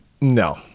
No